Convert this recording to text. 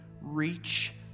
reach